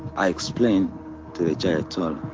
i explained to the judge,